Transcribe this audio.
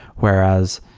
whereas,